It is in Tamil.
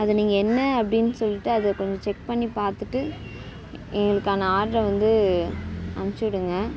அதை நீங்கள் என்ன அப்படின்னு சொல்லிட்டு அதை கொஞ்சம் செக் பண்ணி பார்த்துட்டு எங்களுக்கான ஆட்ரை வந்து அனுப்பிச்சு விடுங்க